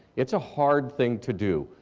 it's a hard thing to do.